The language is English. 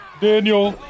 Daniel